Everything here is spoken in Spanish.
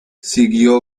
siguió